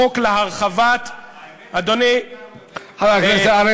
החוק להרחבת, האמת, חלק מאתנו גם טובים במעשים.